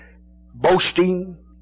boasting